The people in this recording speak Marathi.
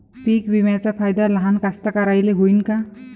पीक विम्याचा फायदा लहान कास्तकाराइले होईन का?